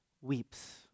weeps